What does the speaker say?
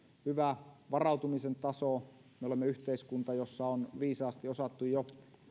hyvä varautumisen taso me olemme yhteiskunta jossa on viisaasti osattu jo